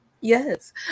Yes